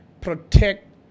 protect